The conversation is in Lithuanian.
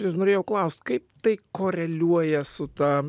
ir norėjau klaust kaip tai koreliuoja su ta